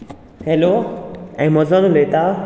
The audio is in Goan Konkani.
हॅलो ऍमोजोन उलयता